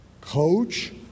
coach